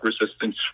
resistance